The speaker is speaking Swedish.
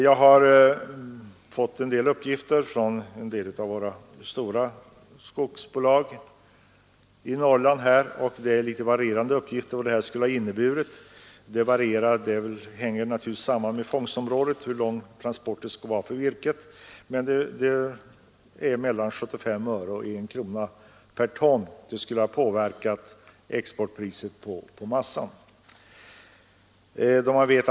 Jag har från våra stora skogsbolag i Norrland fått litet varierande uppgifter om vad det ursprungliga förslaget om brännoljeskatt skulle ha inneburit; det hänger naturligtvis samman med var fångstområdet ligger och hur långt virket skall transporteras. Man uppger att det skulle ha påverkat exportpriset på massan med mellan 75 öre och 1 krona per ton.